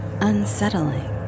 unsettling